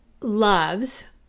loves